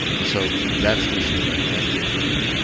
and so that's machine learning. that's deep learning.